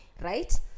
Right